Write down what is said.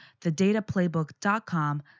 thedataplaybook.com